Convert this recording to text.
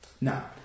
Now